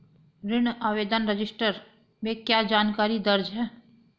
ऋण आवेदन रजिस्टर में क्या जानकारी दर्ज है?